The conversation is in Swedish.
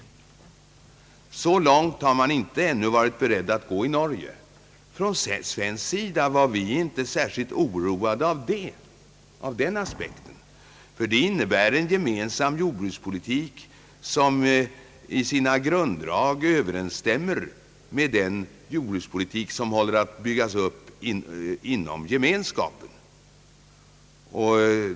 Så långt har man ännu inte varit beredd att gå i Norge. Vi var från svensk sida inte särskilt oroade av den aspekten, ty detta innebär en gemensam jordbrukspolitik, som i sina grunddrag överensstämmer med den jordbrukspolitik som håller på att byggas upp inom Gemenskapen.